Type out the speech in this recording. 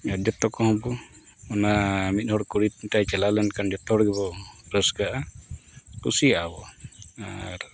ᱟᱨ ᱡᱚᱛᱚ ᱠᱚᱦᱚᱸ ᱠᱚ ᱚᱱᱟ ᱢᱤᱫ ᱦᱚᱲ ᱠᱩᱲᱤ ᱪᱟᱞᱟᱣ ᱞᱮᱱᱞᱷᱟᱱ ᱡᱚᱛᱚᱦᱚᱲ ᱜᱮᱠᱚ ᱨᱟᱹᱥᱠᱟᱹᱜᱼᱟ ᱠᱩᱥᱤᱭᱟᱜᱼᱟ ᱵᱚᱱ ᱟᱨ